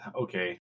Okay